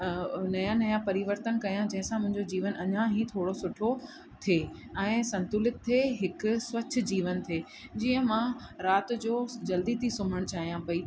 नयां नयां परिवर्तन कयां जंहिंसां मुंहिंजो जीवन अञा ई थोरो सुठो थिए ऐं संतुलित थिए हिकु स्वच्छ जीवन थिए जीअं मां राति जो जल्दी थी सुम्हणु चाहियां पई